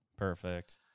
Perfect